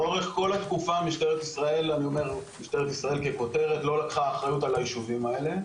לאורך כל התקופה משטרת ישראל לא לקחה אחריות על היישובים האלה,